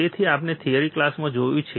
તેથી આપણે થિયરી ક્લાસમાં જોયું છે